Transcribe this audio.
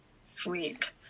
sweet